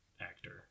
actor